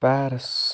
Paris